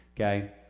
Okay